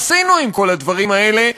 עשינו עם כל הדברים האלה,